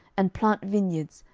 and plant vineyards,